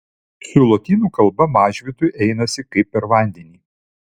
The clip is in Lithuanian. su lotynų kalba mažvydui einasi kaip per vandenį